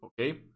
okay